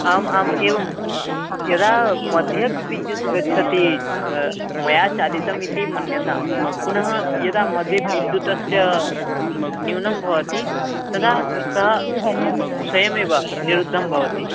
आम् आम् एवं यदा मध्येपि विद्युत् गच्छति मया चालितम् इति मन्यतां पुनः यदा मघ्ये विद्युतः न्यूनं भवति तदा सः स्वयमेव निरुद्धं भवति